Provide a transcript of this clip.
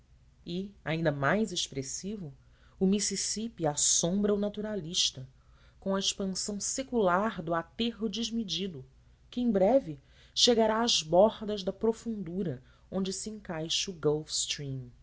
e ainda mais expressivo o mississipi assombra o naturalista com a expansão secular do aterro desmedido que em breve chegará às bordas da profundura onde se encaixa o